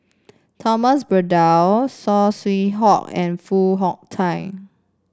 Thomas Braddell Saw Swee Hock and Foo Hong Tatt